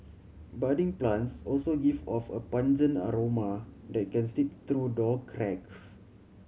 budding plants also give off a pungent aroma that can seep through door cracks